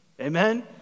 Amen